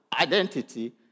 identity